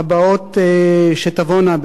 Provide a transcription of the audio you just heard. הבאות שתבואנה,